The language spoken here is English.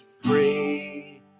free